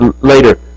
later